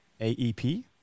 AEP